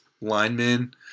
linemen